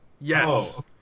Yes